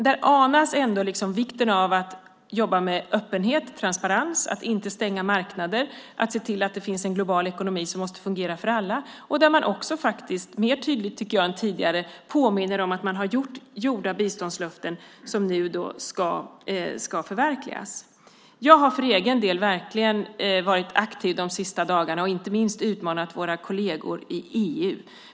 Där anas ändå vikten av att jobba med öppenhet, transparens, att inte stänga marknader, att se till att det finns en global ekonomi som måste fungera för alla och där man också mer tydligt än tidigare påminner om gjorda biståndslöften som nu ska infrias. Jag har för egen del verkligen varit aktiv de senaste dagarna och inte minst utmanat våra kolleger i EU.